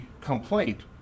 complaint